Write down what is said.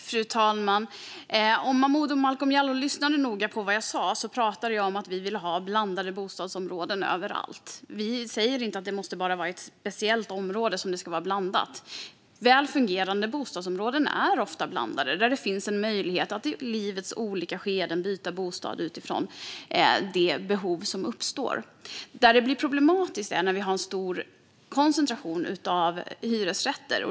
Fru talman! Om Momodou Malcolm Jallow hade lyssnat noga på vad jag sa hade han hört att jag pratade om att vi vill ha blandade bostadsområden överallt. Vi säger inte att det måste vara bara i ett speciellt område som det ska vara blandat. Väl fungerande bostadsområden är ofta blandade, och där finns en möjlighet att i livets olika skeden byta bostad utifrån de behov som uppstår. Det blir problematiskt när det finns en stor koncentration av hyresrätter.